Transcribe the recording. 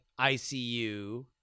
ICU